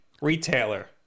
retailer